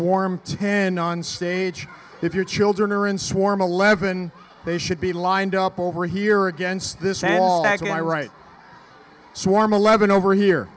swarm tin on stage if your children are in swarm eleven they should be lined up over here against this and i write so warm eleven over here